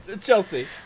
Chelsea